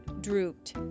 drooped